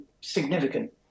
significant